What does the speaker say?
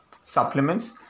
supplements